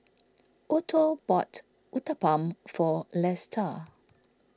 Otho bought Uthapam for Lesta